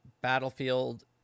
Battlefield